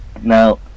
Now